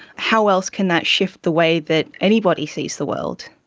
how else can that shift the way that anybody sees the world?